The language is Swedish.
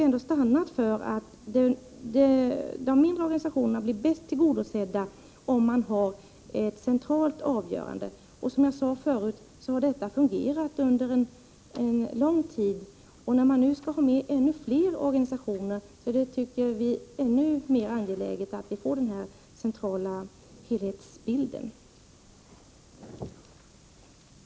1985/86:100 de mindre organisationerna blir bäst tillgodosedda, om man har ett centralt 19 mars 1986 avgörande. Som jag sade tidigare har detta fungerat under en lång tid. När man nu skall ha med ännu fler organisationer tycker vi att det är ännu mer Ökat förtroende angeläget att man får den här centrala helhetsbilden. mannainflytande i försäkringskassorna